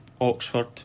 Oxford